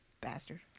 Bastard